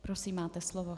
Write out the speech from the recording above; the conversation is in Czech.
Prosím, máte slovo.